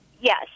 Yes